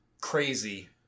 crazy